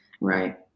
Right